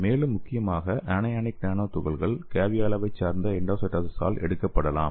மேலும் முக்கியமாக anionic nano துகள்கள் கேவியோலாவைச் சார்ந்த எண்டோசைட்டோசிஸால் எடுக்கப்படலாம்